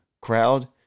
crowd